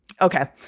Okay